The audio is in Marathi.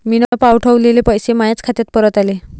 मीन पावठवलेले पैसे मायाच खात्यात परत आले